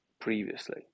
Previously